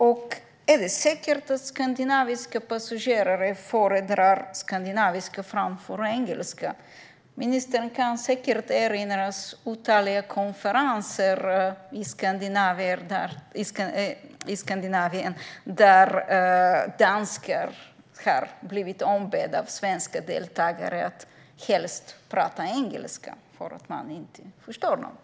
Och är det säkert att skandinaviska passagerare föredrar skandinaviska framför engelska? Ministern kan säkert erinra sig otaliga konferenser i Skandinavien där danskar blivit ombedda av svenska deltagare att helst prata engelska för att de ska förstå dem.